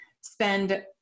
Spend